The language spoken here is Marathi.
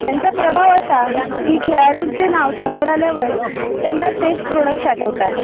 त्यांचा प्रभाव असा की खेळाडूंचे नाव समोर आल्यावर त्यांना तेच प्रोडक्ट्स आठवतात